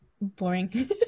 boring